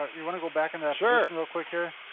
you wanna go back in that position real quick there.